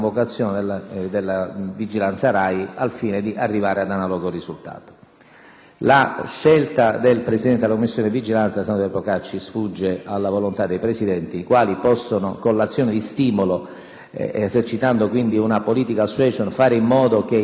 La scelta del Presidente della Commissione di vigilanza, senatore Procacci, sfugge alla volontà dei Presidenti i quali possono, con l'azione di stimolo, esercitando quindi una *political* *suasion*, fare in modo che i partiti risolvano tale questione. Un fatto è certo, senatore Procacci: